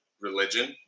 religion